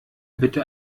bitte